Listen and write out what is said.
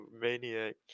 maniac